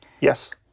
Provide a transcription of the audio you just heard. Yes